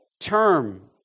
term